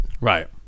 right